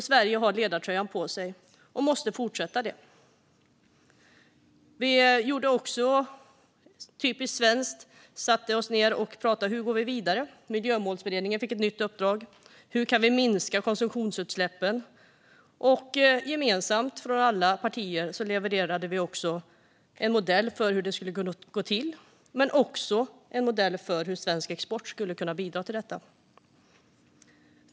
Sverige har ledartröjan på sig - och måste fortsätta ha det. På typiskt svenskt sätt satte vi oss också ned och pratade om hur vi går vidare. Miljömålsberedningen fick ett nytt uppdrag att titta på hur konsumtionsutsläppen kan minskas. Gemensamt från alla partier levererade vi också en modell för hur det skulle kunna gå till, liksom en modell för hur svensk export skulle kunna bidra till detta.